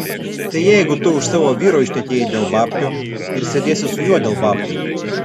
tai jeigu tu už savo vyro ištekėjai dėl babkių ir sėdėsi su juo dėl babkių